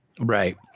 right